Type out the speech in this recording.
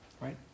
right